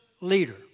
leader